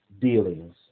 dealings